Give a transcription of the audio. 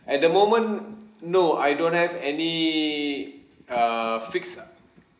at the moment no I don't have any err fixed